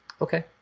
okay